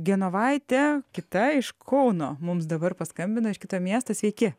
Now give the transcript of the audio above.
genovaitė kita iš kauno mums dabar paskambino iš kito miesto sveiki